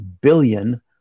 billion